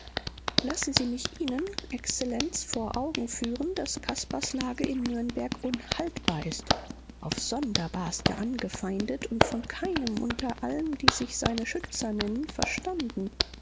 lassen sie mich ihnen exzellenz vor augen führen daß caspars lage in nürnberg unhaltbar ist aufs sonderbarste angefeindet und von keinem unter allen die sich seine schützer nennen verstanden